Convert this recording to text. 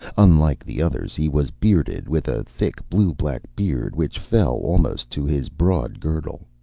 unlike the others, he was bearded, with a thick, blue-black beard which fell almost to his broad girdle.